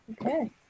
Okay